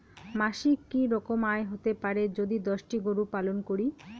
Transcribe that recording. মাসিক কি রকম আয় হতে পারে যদি দশটি গরু পালন করি?